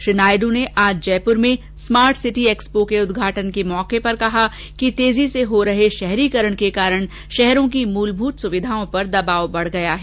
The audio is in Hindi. श्री नायडू ने आज जयपुर में स्मार्टसिटी एक्सपो के उद्घाटन के मौके पर कहाकि तेजी से हो रहे शहरीकरण के कारण शहरों की मूलभूत सुविधाओं पर दबाव बढ गया है